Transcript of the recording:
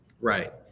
Right